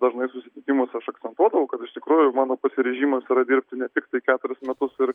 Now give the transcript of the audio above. dažnai susitikimuos aš akcentuodavau kad iš tikrųjų mano pasiryžimas yra dirbti ne tiktai keturis metus ir